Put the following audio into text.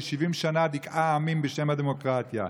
ש-70 שנה דיכאה עמים בשם הדמוקרטיה.